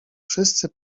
wszyscy